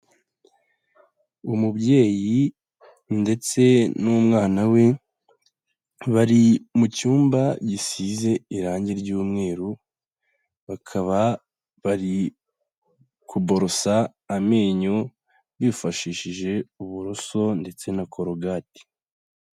Umubyeyi ndetse n'umwana we, bari mu cyumba gisize irangi ry'umweru, bakaba bari kuborosa amenyo, bifashishije uburoso ndetse na korogati.